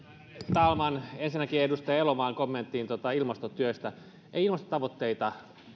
talman ensinnäkin edustaja elomaan kommenttiin ilmastotyöstä ei ilmastotavoitteita